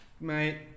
Mate